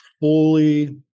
fully